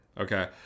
Okay